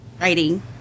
writing